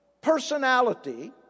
personality